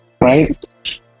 right